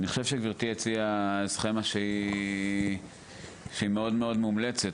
אני חושב שגבירתי הציעה סכימה מאוד מאוד מומלצת,